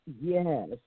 Yes